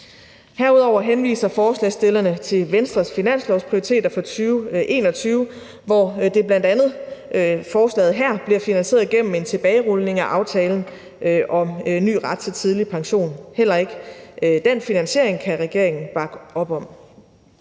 Derudover henviser forslagsstillerne til Venstres finanslovsprioriteringer for 2021, hvor bl.a. forslaget her bliver finansieret igennem en tilbagerulning af aftalen om ny ret til tidlig pension. Heller ikke den finansiering kan regeringen bakke op om.